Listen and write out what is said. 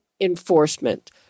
enforcement